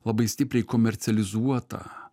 labai stipriai komercializuotą